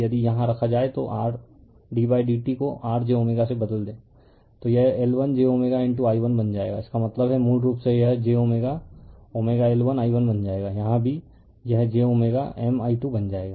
यदि यहाँ रखा जाए तो r d बाय dt को r jω से बदल दें तो यह L1ji1 बन जाएगा इसका मतलब है मूल रूप से यह jL1i1 बन जाएगा यहाँ भी यह j M i 2 बन जाएगा